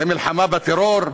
זה מלחמה בטרור?